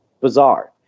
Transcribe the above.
bizarre